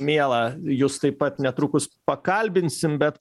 miela jus taip pat netrukus pakalbinsim bet